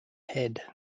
head